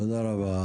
תודה רבה.